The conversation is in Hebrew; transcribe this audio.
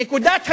נקודת הזינוק,